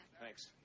Thanks